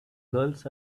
girls